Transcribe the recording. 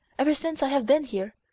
ever since i have been here,